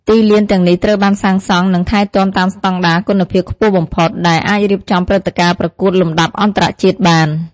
ទីលានទាំងនេះត្រូវបានសាងសង់ និងថែទាំតាមស្តង់ដារគុណភាពខ្ពស់បំផុត ដែលអាចរៀបចំព្រឹត្តិការណ៍ប្រកួតលំដាប់អន្តរជាតិបាន។